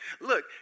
look